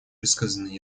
высказанные